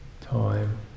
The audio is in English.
time